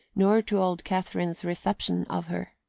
nor to old catherine's reception of her.